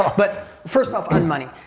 but first off, on money,